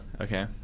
Okay